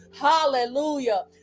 Hallelujah